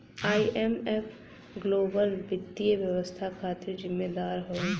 IMF global वित्तीय व्यवस्था खातिर जिम्मेदार हौ